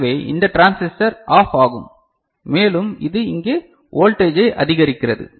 எனவே இந்த transistor off ஆகும் மேலும் இது இங்கே வோல்டேஜை அதிகரிக்கிறது